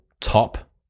top